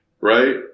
right